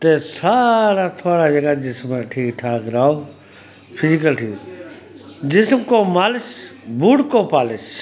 ते सारा जेह्का थुआढ़ा जिस्म ऐ ठीक ठाक रौह्ग फिज़िकल जिस्म को मालिश बूट को पालिश